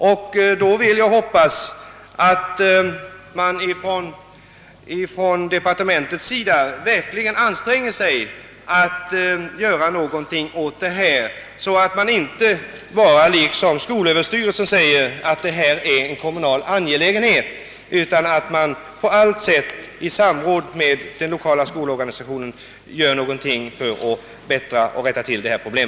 Jag vill då hoppas att man från departementets sida verkligen anstränger sig att göra någonting, så att departementet inte i likhet med skolöverstyrelsen bara säger att frågan är en kommunal angelägenhet. Jag hoppas att departementet på allt sätt och i samråd med den 1okala skolorganisationen gör någonting för att lösa detta problem.